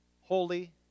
holy